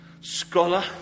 scholar